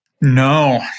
No